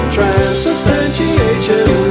Transubstantiation